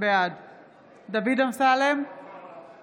בעד דוד אמסלם, בעד